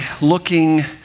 looking